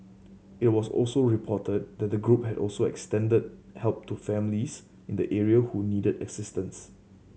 it was also reported that the group has also extended help to families in the area who needed assistance